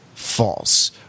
False